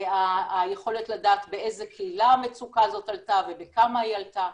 היכולת לדעת באיזה קהילה המצוקה הזאת עלתה ובכמה היא עלתה,